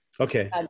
Okay